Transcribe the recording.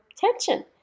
tension